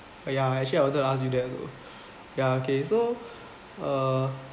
ya actually I wanted to ask you that also ya okay so uh